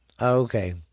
okay